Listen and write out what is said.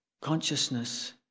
Consciousness